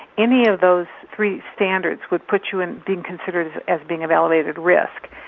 any of those three standards would put you in being considered as being of elevated risk.